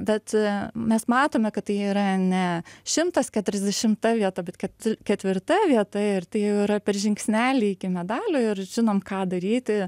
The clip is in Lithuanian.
bet mes matome kad tai yra ne šimtas keturiasdešimta vieta bet kad ketvirta vieta ir tai jau yra per žingsnelį iki medalio ir žinom ką daryti